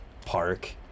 park